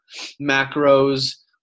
macros